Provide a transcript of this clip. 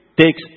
takes